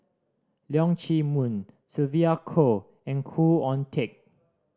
Leong Chee Mun Sylvia Kho and Khoo Oon Teik